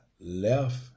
left